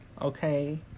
Okay